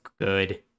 good